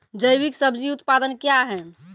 जैविक सब्जी उत्पादन क्या हैं?